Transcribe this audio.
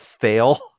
fail